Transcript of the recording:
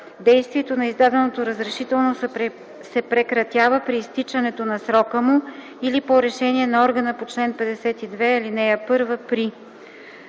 „Действието на издаденото разрешително се прекратява при изтичането на срока му или по решение на органа по чл. 52, ал. 1